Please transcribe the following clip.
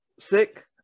sick